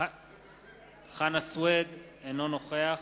אינו נוכח